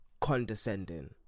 condescending